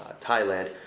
Thailand